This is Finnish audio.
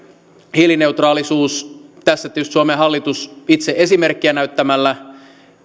hiilineutraalisuus tässä tietysti suomen hallitus itse esimerkkiä näyttämällä